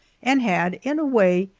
and had, in a way,